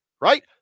right